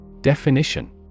Definition